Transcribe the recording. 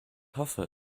hoffe